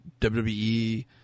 WWE